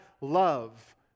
love